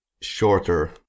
shorter